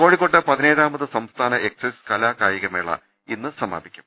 കോഴിക്കോട്ട് പതിനേഴാമത് സംസ്ഥാന എക്ക്സൈസ് കലാ കായിക മേള ഇന്ന് സമാപിക്കും